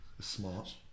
Smart